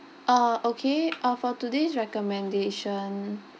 uh okay uh for today's recommendation